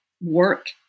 work